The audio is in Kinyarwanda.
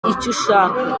icyushaka